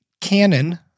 Canon